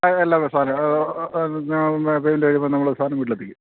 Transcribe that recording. ആ അല്ല സാധനം വീട്ടിൽ എത്തിക്കും